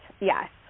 Yes